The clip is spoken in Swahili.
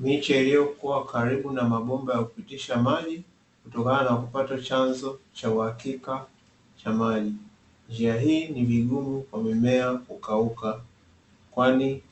Miche iliyokuwa karibu na mabomba ya kupitisha maji kutokana na kupata chanzo cha uhakika cha maji. Njia hii ni vigumu kwa mimea kukauka, kwani